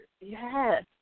Yes